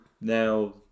now